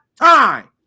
time